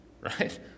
right